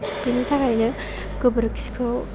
बिनि थाखायनो गोबोरखिखौ